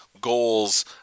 goals